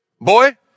boy